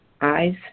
eyes